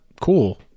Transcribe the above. Cool